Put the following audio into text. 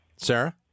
Sarah